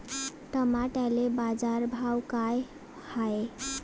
टमाट्याले बाजारभाव काय हाय?